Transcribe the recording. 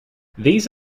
these